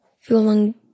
feeling